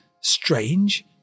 strange